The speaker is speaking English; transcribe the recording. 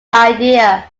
idea